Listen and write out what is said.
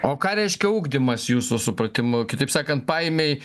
o ką reiškia ugdymas jūsų supratimu kitaip sakant paėmei